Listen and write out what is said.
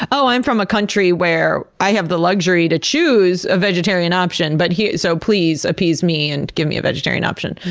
oh, i'm from a country where i have the luxury to choose a vegetarian option, but so please appease me, and give me a vegetarian option.